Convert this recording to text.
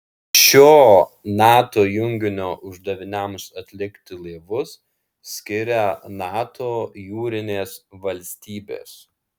šio nato junginio uždaviniams atlikti laivus skiria nato jūrinės valstybės